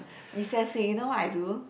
recess week you know what I do